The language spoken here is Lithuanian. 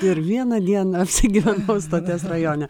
ir vieną dieną apsigyvenau stoties rajone